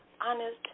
honest